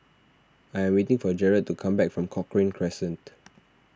I am waiting for Jered to come back from Cochrane Crescent